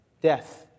death